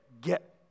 Get